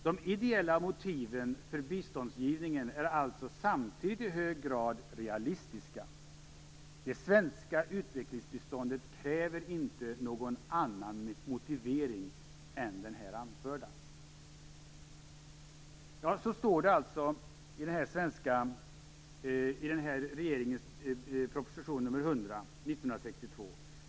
De ideella motiven för biståndsgivningen är alltså samtidigt i hög grad realistiska. Det svenska utvecklingsbiståndet kräver inte någon annan motivering än den här anförda." Ja, så står det i proposition 100 av årgång 1962.